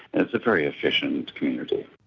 and it's a very efficient community.